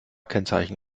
kennzeichen